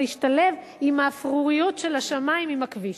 ישתלב עם האפרוריות של השמים עם הכביש.